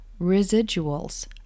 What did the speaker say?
residuals